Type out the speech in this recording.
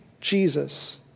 Jesus